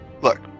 Look